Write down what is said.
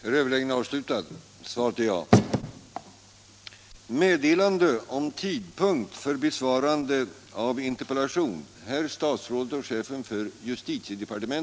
Herr talman! Herr Svenssons i Malmö interpellation till statsministern om rätten att anonymt få ta del av allmänna handlingar har överlämnats till mig för att jag skall besvara den.